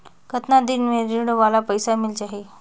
कतना दिन मे ऋण वाला पइसा मिल जाहि?